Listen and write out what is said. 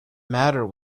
matter